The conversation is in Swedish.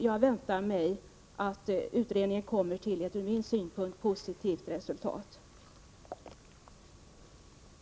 Anser statsrådet att ”prioriterade områden” skall kunna drabbas av nedskärningar till följd av besparingskraven?